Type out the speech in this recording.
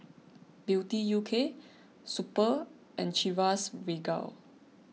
Beauty U K Super and Chivas Regal